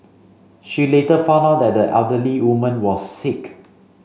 she later found out that the elderly woman was sick